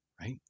right